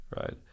right